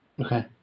Okay